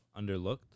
underlooked